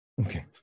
okay